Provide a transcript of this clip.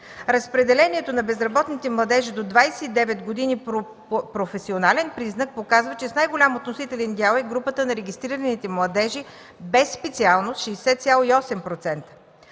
Разпределението на безработните младежи до 29 години по професионален признак показва, че с най-голям относителен дял е групата на регистрираните младежи без специалност – 60,8%.